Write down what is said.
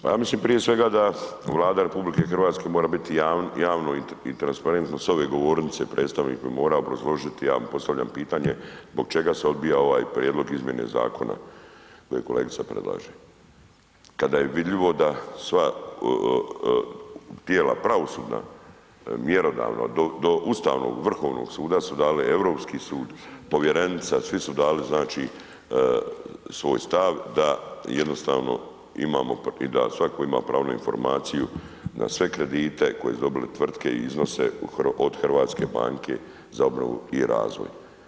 Pa ja mislim prije svega da Vlada RH mora biti javno i transparentno s ove govornice predstavnik bi morao obrazložiti, ja mu postavljam pitanje zbog čega se odbija ovaj prijedlog izmjene zakona koji kolegica predlaže kada je vidljivo da sva tijela pravosudna mjerodavna do Ustavnog, Vrhovnog suda su dale, Europski sud, povjerenica, svi su dali znači svoj stav da jednostavno imamo i da svatko ima pravo na informaciju za sve kredite koje su dobile tvrtke i iznose od HBOR-a.